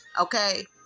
Okay